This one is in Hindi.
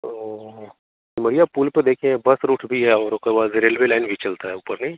तो सिमरिया पुल पर देखे हैं बस रूट भी है और उसके बाद रेलवे लाइन भी चलता है ऊपर नहीं